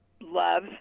love